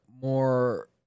more